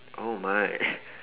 oh my